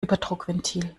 überdruckventil